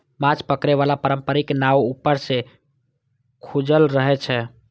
माछ पकड़े बला पारंपरिक नाव ऊपर सं खुजल रहै छै